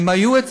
אז מה הפתרון?